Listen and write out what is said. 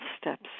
steps